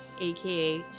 aka